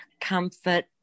comfort